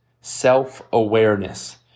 self-awareness